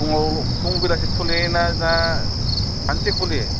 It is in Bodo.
फुङाव फुं बेलासि खुलियोना ना सानसे खुलियो